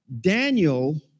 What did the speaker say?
Daniel